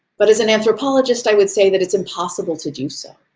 but as an anthropologist, i would say that it's impossible to do so.